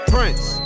Prince